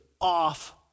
off